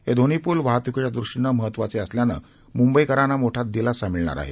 हे दोन्ही पूल वाहतुकीच्या दृष्टीने महत्वाचे असल्यानं मुंबईकरांना मोठा दिलासा मिळणार आहे